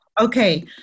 Okay